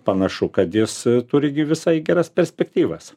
panašu kad jis turi gi visai geras perspektyvas